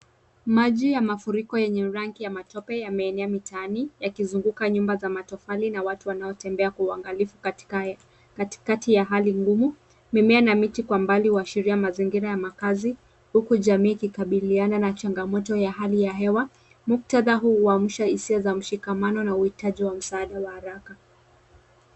Maji ya mafuriko yenye rangi ya matope yameenea mitaani yakizunguka nyumba za matofali na watu wanaotembea kwa uangalifu katikati ya hali ngumu. Mimea na miti kwa mbali kuashiria mazingira ya makazi huku jamii ikikabiliana na changamoto ya hali ya hewa. Muktadha huu huammsha hisia za mshikamano na uhitaji wa msaada wa haraka.